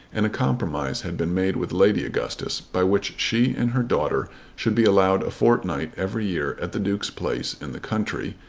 and a compromise had been made with lady augustus, by which she and her daughter should be allowed a fortnight every year at the duke's place in the country,